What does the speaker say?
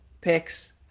picks